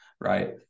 right